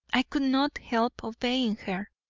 i could not help obeying her.